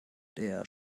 der